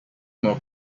more